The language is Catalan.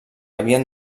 havien